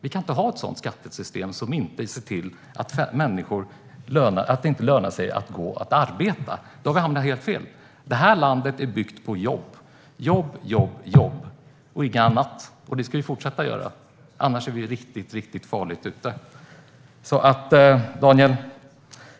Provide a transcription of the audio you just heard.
Vi kan inte ha ett skattesystem som ser till att det inte lönar sig att gå och arbeta - då har vi hamnat helt fel. Det här landet är byggt på jobb. Det är byggt på jobb, jobb, jobb och inget annat, och så ska vi fortsätta - annars är vi riktigt farligt ute.